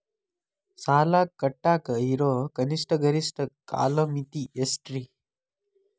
ಸಾಲ ಕಟ್ಟಾಕ ಇರೋ ಕನಿಷ್ಟ, ಗರಿಷ್ಠ ಕಾಲಮಿತಿ ಎಷ್ಟ್ರಿ?